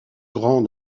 grand